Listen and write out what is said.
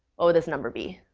what what this number be?